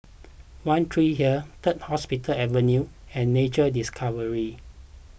one Tree Hill Third Hospital Avenue and Nature Discovery